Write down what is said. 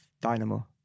Dynamo